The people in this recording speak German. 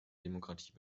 demokratie